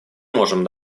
можем